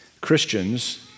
Christians